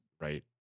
right